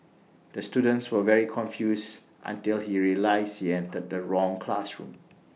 the student was very confused until he realised he entered the wrong classroom